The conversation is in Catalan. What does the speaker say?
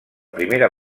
primera